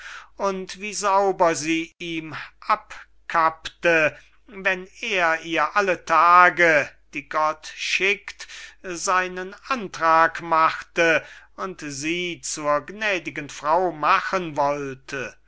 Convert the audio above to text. und wie sauber sie ihm abkappte wenn er ihr alle tage die gott schickt seinen antrag machte und sie zur gnädigen frau machen wollte